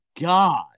God